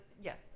yes